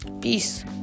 Peace